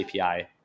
API